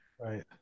Right